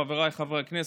חבריי חברי הכנסת,